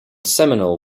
seminole